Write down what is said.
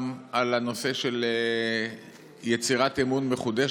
גם על הנושא של יצירת אמון מחודש,